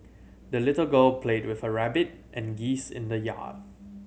the little girl played with her rabbit and geese in the yard